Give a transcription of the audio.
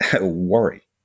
worry